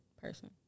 person